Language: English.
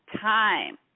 time